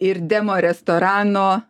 ir demorestorano